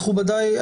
מכובדיי,